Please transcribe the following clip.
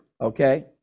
Okay